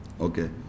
Okay